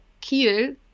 Kiel